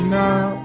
now